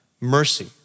Mercy